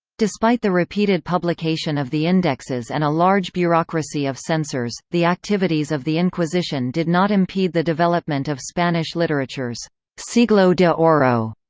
despite the repeated publication of the indexes and a large bureaucracy of censors, the activities of the inquisition did not impede the development of spanish literature's siglo de oro,